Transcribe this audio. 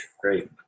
Great